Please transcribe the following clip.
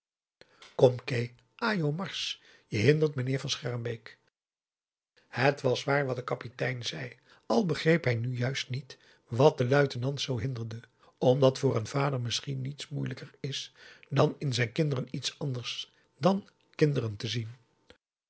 kom kee ajo marsch je hindert meneer van schermbeek het was waar wat de kapitein zei al begreep hij nu juist niet wat den luitenant zoo hinderde omdat voor een vader misschien niets moeielijker is dan in zijn kinderen iets anders dan kinderen te zien